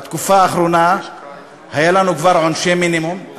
בתקופה האחרונה היה לנו כבר עונשי מינימום,